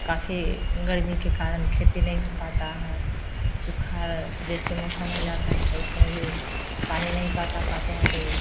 काफी गर्मी के कारण खेती नहीं हो पाता है सूखा जैसे मौसम हो जाता है तो उसमें भी पानी नहीं पटा पाते हैं तो